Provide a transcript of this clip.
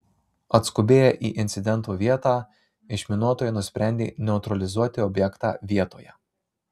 atskubėję į incidento vietą išminuotojai nusprendė neutralizuoti objektą vietoje